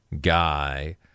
guy